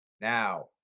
Now